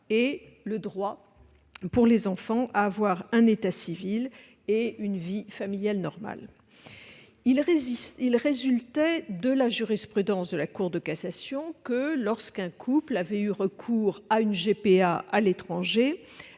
et le droit, pour les enfants, à avoir un état civil et une vie familiale normale. Il résultait de la jurisprudence de la Cour de cassation que, lorsqu'un couple avait eu recours à une GPA à l'étranger,